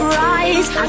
rise